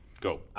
Go